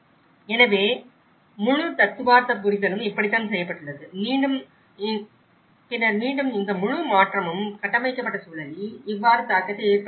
எனவே முழு தத்துவார்த்த புரிதலும் இப்படித்தான் செய்யப்பட்டுள்ளது பின்னர் மீண்டும் இந்த முழு மாற்றமும் கட்டமைக்கப்பட்ட சூழலில் இவ்வாறு தாக்கத்தை ஏற்படுத்துகிறது